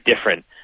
different